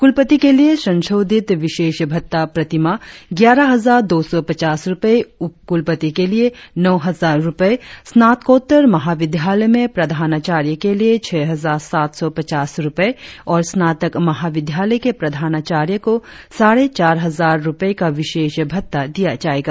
कुलपति के लिए संशोधित विशेष भत्ता प्रतिमाह ग्यारह हजार दौ सौ पचास रुपए उपकुलपति के लिए नौ हजार रुपए स्नात्कोतर महाविद्यालय में प्रधानाचार्य के लिए छह हजार सात सौ पचास रुपए और स्नातक महाविद्यालय के प्रधानाचार्य को साढ़े चार हजार रुपए का विशेष भत्ता दिया जाएगा